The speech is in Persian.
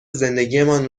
زندگیمان